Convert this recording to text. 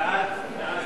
התשע"א 2011, נתקבל.